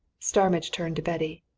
starmidge turned to betty.